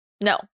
No